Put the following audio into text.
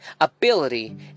ability